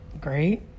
great